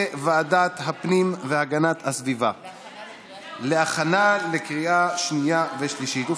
ויועבר להכנה לקריאה שנייה ושלישית בוועדת הפנים והגנת הסביבה.